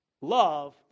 Love